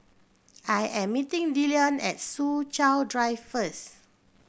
I am meeting Dillion at Soo Chow Drive first